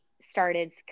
started